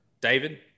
David